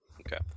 Okay